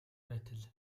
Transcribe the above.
байтал